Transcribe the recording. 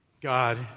God